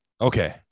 Okay